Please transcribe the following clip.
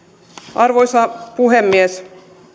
arvoisa puhemies